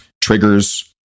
triggers